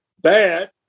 bad